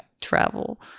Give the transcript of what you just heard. travel